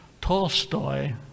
Tolstoy